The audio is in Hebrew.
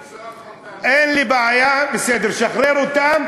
לרצוח אותנו, בסדר, שחרר אותם,